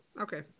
Okay